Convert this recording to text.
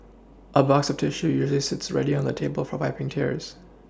a box of tissue usually sits ready on the table for wiPing tears